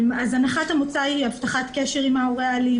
הנחת המוצא היא הבטחת קשר עם ההורה האלים,